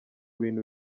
bintu